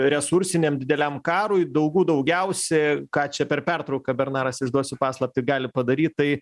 resursiniam dideliam karui daugų daugiausia ką čia per pertrauką bernaras išduosiu paslaptį gali padaryt tai